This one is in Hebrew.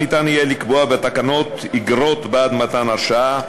יהיה אפשר לקבוע בתקנות אגרות בעד מתן הרשאה,